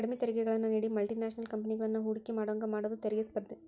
ಕಡ್ಮಿ ತೆರಿಗೆಗಳನ್ನ ನೇಡಿ ಮಲ್ಟಿ ನ್ಯಾಷನಲ್ ಕಂಪೆನಿಗಳನ್ನ ಹೂಡಕಿ ಮಾಡೋಂಗ ಮಾಡುದ ತೆರಿಗಿ ಸ್ಪರ್ಧೆ